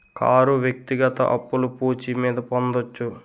car వ్యక్తిగత అప్పులు పూచి మీద పొందొచ్చు